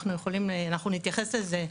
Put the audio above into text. אנחנו נתייחס לזה,